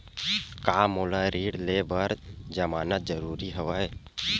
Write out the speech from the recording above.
का मोला ऋण ले बर जमानत जरूरी हवय?